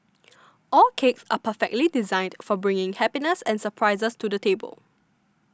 all cakes are perfectly designed for bringing happiness and surprises to the table